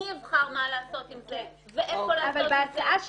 אני אבחר מה לעשות עם זה ואיפה לעשות את זה,